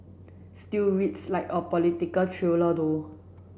still reads like a political thriller though